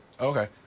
Okay